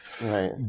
Right